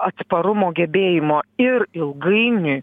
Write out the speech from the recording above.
atsparumo gebėjimo ir ilgainiui